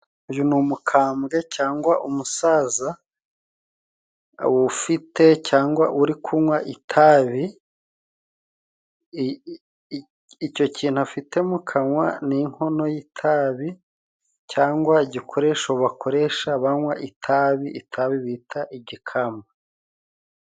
Uyu ni umukambwe cyangwa umusaza ufite cyangwa uri kunywa itabi. Icyo kintu afite mu kanwa ni inkono y'itabi cyangwa igikoresho bakoresha banywa itabi. Itabi bita igikamba.